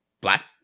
black